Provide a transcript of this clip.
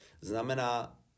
znamená